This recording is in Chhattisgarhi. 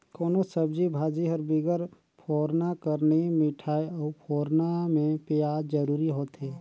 कोनोच सब्जी भाजी हर बिगर फोरना कर नी मिठाए अउ फोरना में पियाज जरूरी होथे